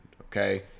okay